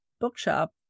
bookshop